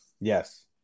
Yes